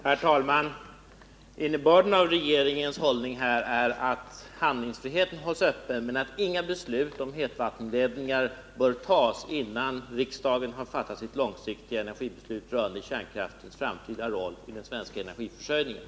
Herr talman! Innebörden av regeringens hållning är att handlingsfriheten skall bevaras men att inga beslut om hetvattenledningar bör fattas, innan riksdagen har fattat sitt långsiktiga energibeslut rörande kärnkraftens framtida roll i den svenska energiförsörjningen.